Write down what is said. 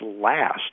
last